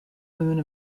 moon